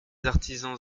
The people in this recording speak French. artisans